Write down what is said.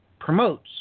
promotes